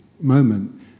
moment